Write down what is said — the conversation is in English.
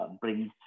brings